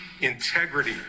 integrity